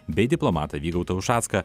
bei diplomatą vygaudą ušacką